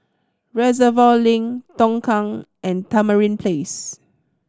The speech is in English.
Reservoir Link Tongkang and Tamarind Place